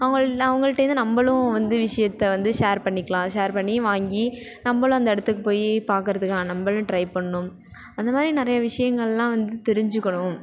அவங்கள் அவங்கள்டேந்து நம்மளும் வந்து விஷயத்த வந்து ஷேர் பண்ணிக்கலாம் ஷேர் பண்ணி வாங்கி நம்மளும் அந்த இடத்துக்கு போய் பார்க்குறதுக்கா நம்மளும் ட்ரை பண்ணும் அந்தமாதிரி நிறையா விஷயங்கள்லாம் வந்து தெரிஞ்சிக்கணும்